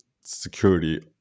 security